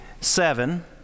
seven